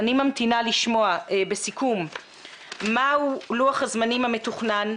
אני ממתינה לשמוע מהו לוח הזמנים המתוכנן,